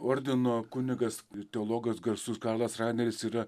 ordino kunigas teologas garsus karlas raineris yra